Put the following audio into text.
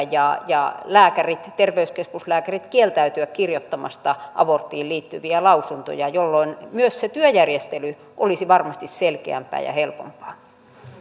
ja ja terveyskeskuslääkärit voisivat kieltäytyä kirjoittamasta aborttiin liittyviä lausuntoja jolloin myös se työjärjestely olisi varmasti selkeämpää ja helpompaa